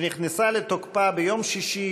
שנכנסה לתוקפה ביום שישי,